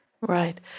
Right